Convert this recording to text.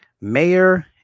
Mayor